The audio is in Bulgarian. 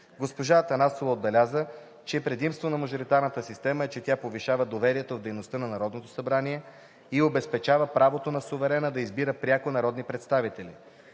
Госпожа Атанасова отбеляза, че предимството на мажоритарната система е, че тя повишава доверието в дейността на Народното събрание и обезпечава правото на суверена да избира пряко народни представители.